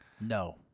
No